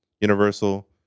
universal